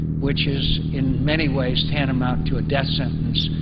which is in many ways tantamount to a death sentence.